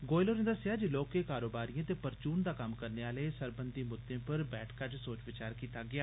गोयल होरें दस्सेआ जे लोहके कारोबारिएं ते परचून दा कम्म करने आले सरबंधी मुद्दे पर बी बैठका च सोच विचार कीता गेया